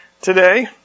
today